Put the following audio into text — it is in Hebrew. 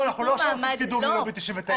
התש"ף-2020.